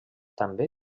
també